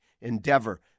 endeavor